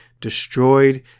destroyed